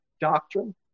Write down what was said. doctrine